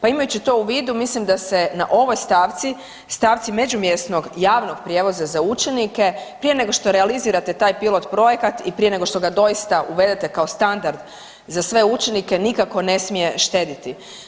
Pa imajući to u vidu mislim da se na ovoj stavci, stavci međumjesnog javnog prijevoza za učenike prije nego što realizirate taj pilot projekat i prije nego što ga doista uvedete kao standard za sve učenike nikako ne smije štediti.